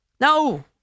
No